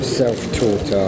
self-taught